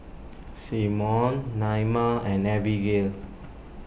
Symone Naima and Abigail